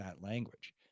language